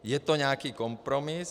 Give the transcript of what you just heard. Je to nějaký kompromis.